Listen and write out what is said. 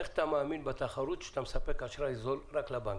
איך אתה מאמין בתחרות כשאתה מספק אשראי זול רק לבנקים?